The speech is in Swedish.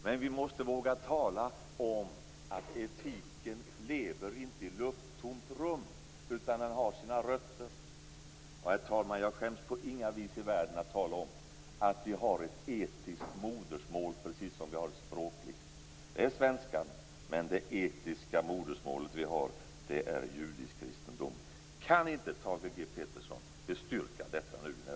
Men vi måste våga tala om att etiken inte lever i lufttomt rum, utan att den har sina rötter. Herr talman! Jag skäms på inga vis i världen över att tala om att vi har ett etiskt modersmål, precis som vi har ett språkligt. Det språkliga modersmålet är svenskan, men vårt etiska modersmål är den judiskkristna etiken. Kan inte Thage G Peterson bestyrka det i nästa inlägg?